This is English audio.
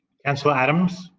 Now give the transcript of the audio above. councillor adams.